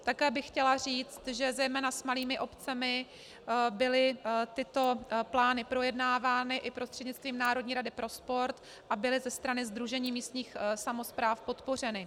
Také bych chtěla říct, že zejména s malými obcemi byly tyto plány projednávány i prostřednictvím Národní rady pro sport a byly ze strany Sdružení místních samospráv podpořeny.